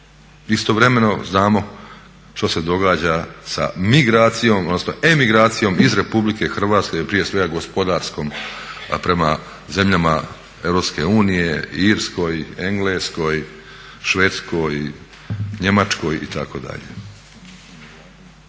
Istovremeno, znamo što se događa sa migracijom, odnosno emigracijom iz RH prije svega gospodarskom a prema zemljama EU, Irskoj, Engleskoj, Švedskoj, Njemačkoj itd.